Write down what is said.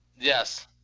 Yes